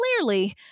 clearly